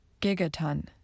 Gigaton